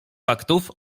faktów